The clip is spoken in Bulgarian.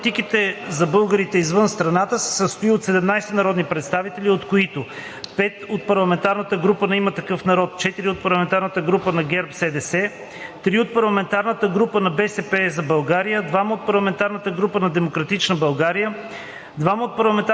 Комисията по политиките за българите извън страната се състои от 17 народни представители, от които 5 от парламентарната група на „Има такъв народ“, 4 от парламентарната група на ГЕРБ СДС, 3 от парламентарната група на „БСП за България“, 2 от парламентарната група на „Демократична България“,